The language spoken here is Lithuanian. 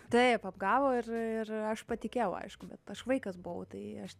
taip apgavo ir ir aš patikėjau aišku bet aš vaikas buvau tai aš